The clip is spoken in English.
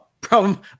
problem